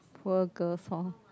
poor girls hor